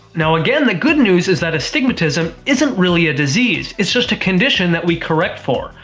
now, again the good news is that astigmatism isn't really a disease, it's just a condition that we correct for.